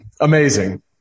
Amazing